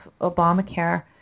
Obamacare